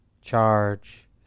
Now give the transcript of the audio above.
charge